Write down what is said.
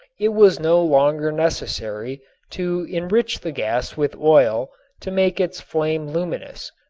it was no longer necessary to enrich the gas with oil to make its flame luminous,